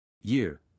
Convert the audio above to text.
year